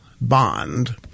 bond